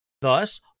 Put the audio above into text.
Thus